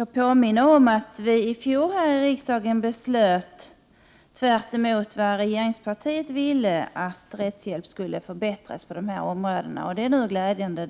vill påminna om att det är en följd av att riksdagen i fjol beslöt — tvärtemot regeringens vilja — att rättshjälpen skulle förbättras på dessa områden. Detta är således glädjande.